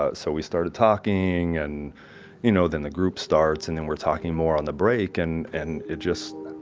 ah so we started talking, and you know, then the group starts and then we're talking more on the break and and it just,